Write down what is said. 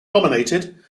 dominated